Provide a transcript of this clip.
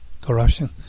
corruption